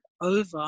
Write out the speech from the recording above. over